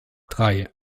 drei